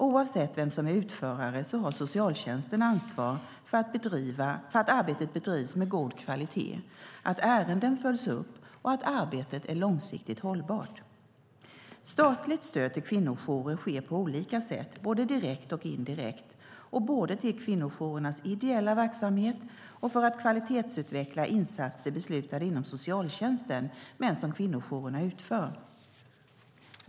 Oavsett vem som är utförare har socialtjänsten ansvar för att arbetet bedrivs med god kvalitet, att ärenden följs upp och att arbetet är långsiktigt hållbart. Statligt stöd till kvinnojourer sker på olika sätt, både direkt och indirekt och både till kvinnojourernas ideella verksamhet och för att kvalitetsutveckla insatser beslutade inom socialtjänsten men som kvinnojourerna utför.